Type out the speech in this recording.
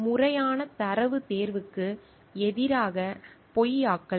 முறையான தரவுத் தேர்வுக்கு எதிராக பொய்யாக்கல்